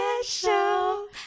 special